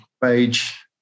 page